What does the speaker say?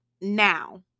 now